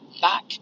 back